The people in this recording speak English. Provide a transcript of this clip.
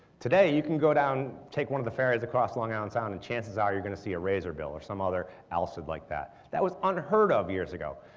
today you can go down, take one of the ferries across long island sound and chances are you're going to see a razorbill or some other alcid like that. that was unheard of years ago.